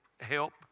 help